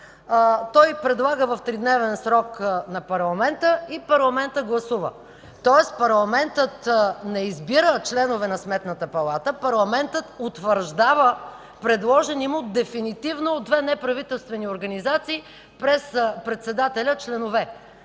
той предлага в 3-дневен срок на парламента и парламентът гласува. Тоест парламентът не избира членове на Сметната палата, парламентът утвърждава предложени му дефинитивно от две неправителствени организации през председателя членове.